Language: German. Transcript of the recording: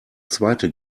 zweite